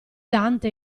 dante